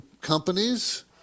companies